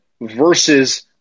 versus